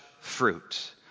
fruit